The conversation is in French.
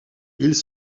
ils